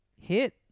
Hit